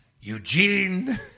Eugene